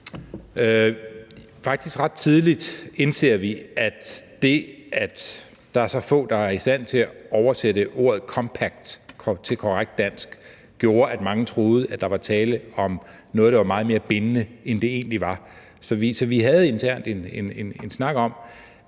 Faktisk ret tidligt indser vi, at det, at der er så få, der er i stand til at oversætte ordet compact til korrekt dansk, gjorde, at mange troede, at der var tale om noget, der var meget mere bindende, end det egentlig var. Så vi havde internt en snak om,